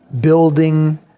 Building